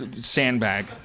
sandbag